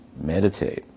meditate